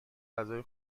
غذای